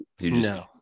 No